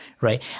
right